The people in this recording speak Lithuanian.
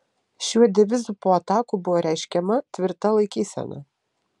šiuo devizu po atakų buvo reiškiama tvirta laikysena